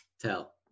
tell